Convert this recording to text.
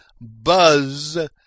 Buzz